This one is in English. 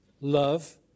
love